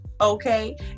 okay